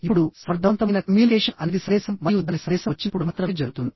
ఇప్పుడు సమర్థవంతమైన కమ్యూనికేషన్ అనేది సందేశం మరియు దాని సందేశం వచ్చినప్పుడు మాత్రమే జరుగుతుంది